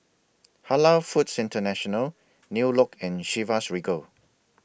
Halal Foods International New Look and Chivas Regal